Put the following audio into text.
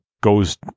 goes